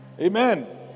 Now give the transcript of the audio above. Amen